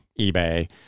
eBay